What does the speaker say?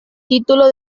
título